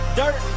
dirt